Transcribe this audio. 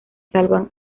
salvan